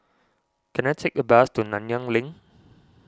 can I take a bus to Nanyang Link